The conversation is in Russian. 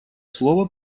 слово